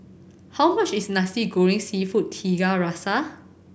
how much is Nasi Goreng Seafood Tiga Rasa